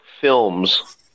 films